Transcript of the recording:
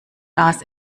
das